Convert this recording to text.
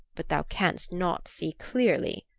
but thou canst not see clearly.